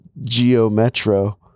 geometro